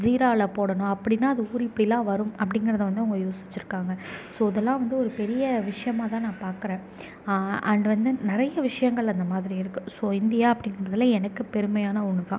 ஜீரால போடணும் அப்படின்னா அது ஊறி போயிலாம் வரும் அப்படிங்கிறத வந்து அவங்க யோசிச்சுருக்காங்க ஸோ இதெல்லாம் வந்து ஒரு பெரிய விஷயமாகதான் நான் பார்க்குறேன் அண்டு வந்து நிறைய விஷயங்கள் அந்தமாதிரி இருக்குது ஸோ இந்தியா அப்படிங்கிறதுல எனக்கு பெருமையான ஒன்றுதான்